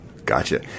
Gotcha